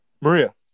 Maria